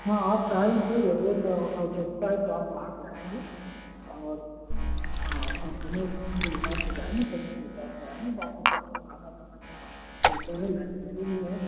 हाँ आप टाइम से ज़रूरत आवश्यकता है तो आप बाहर जाएँगे और हाँ और समय के हिसाब से जाएँगे समय के हिसाब से आएँगे बाक़ी तो आपको खाना दाना सब हाॅस्टल अंदर है लाइब्रेरी भी है